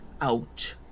out